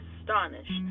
astonished